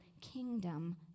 kingdom